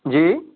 جی